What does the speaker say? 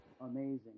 amazing